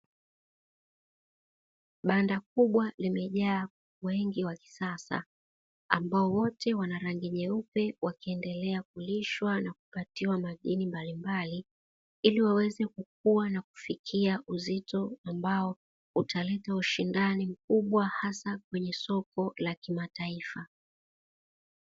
Banda kubwa limejaa kuku wengi wa kisasa, ambao wote wana rangi nyeupe wakiendelea kulishwa na kupatiwa madini mbalimbali, ili waweze kukua na kufikia uzito ambao utaleta ushindani mkubwa hasa kwenye soko la kimataifa.